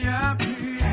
happy